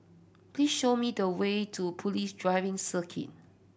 please show me the way to Police Driving Circuit